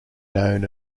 known